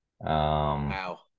Wow